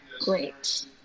great